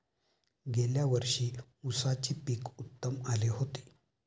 गेल्या वर्षी उसाचे पीक उत्तम आले होते